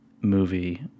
movie